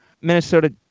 Minnesota